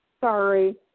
Sorry